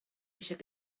eisiau